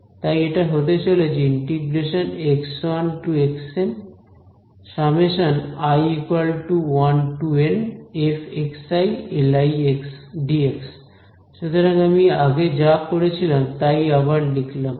তাই এটা হতে চলেছে f Lidx সুতরাং আমি আগে যা করেছিলাম তাই আবার লিখলাম